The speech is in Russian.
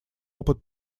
опыт